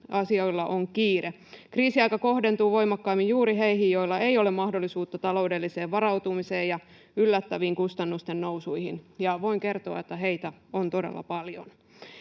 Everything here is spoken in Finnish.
asioilla on kiire. Kriisiaika kohdentuu voimakkaimmin juuri heihin, joilla ei ole mahdollisuutta taloudelliseen varautumiseen ja yllättäviin kustannusten nousuihin, ja voin kertoa, että heitä on todella paljon.